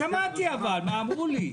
שמעתי אבל, אמרו לי.